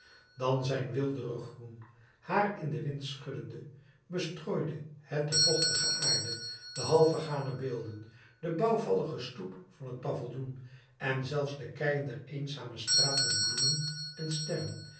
dan zijn weelderig groen haar in den wind schuddende bestrooide het de vochtige aarde de half vergane beelden de bouwvallige stoep van het paviljoen en zelfs de keien der eenzame straat met bloemen en